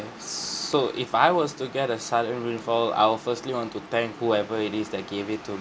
so if I was to get a sudden windfall I will firstly want to thank whoever it is that give it to